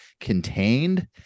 contained